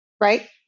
right